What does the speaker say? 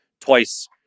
Twice